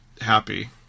happy